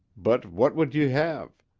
but what would you have?